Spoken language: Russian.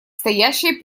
стоящая